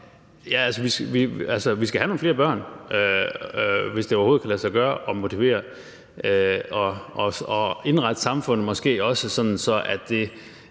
de unge år. Vi skal have nogle flere børn, hvis det overhovedet kan lade sig gøre at motivere og måske også indrette samfundet sådan, at det